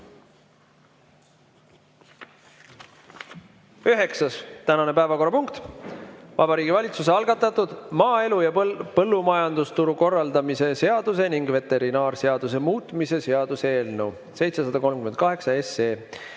üheksas päevakorrapunkt: Vabariigi Valitsuse algatatud maaelu ja põllumajandusturu korraldamise seaduse ning veterinaarseaduse muutmise seaduse eelnõu 738